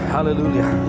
Hallelujah